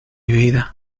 vida